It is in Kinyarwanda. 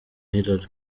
hillary